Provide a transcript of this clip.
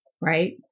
right